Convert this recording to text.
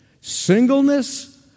singleness